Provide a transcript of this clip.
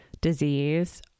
disease